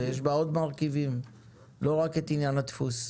יש בה עוד מרכיבים ולא רק עניין הדפוס.